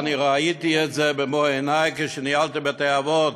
ואני ראיתי את זה במו-עיני כשניהלתי בתי-אבות: